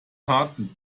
taten